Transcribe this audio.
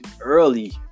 early